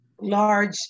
large